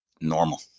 normal